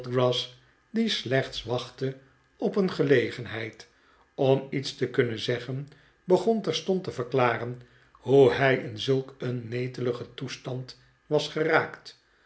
die slechts wachtte op een gelegenheid om iets te kunnen zeggen begon terstond te verklaren hoe hij in zulk een neteligen toestand was geraakt